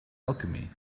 alchemy